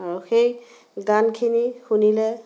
আৰু সেই গানখিনি শুনিলে